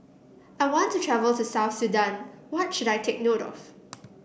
i want to travel to South Sudan What should I take note of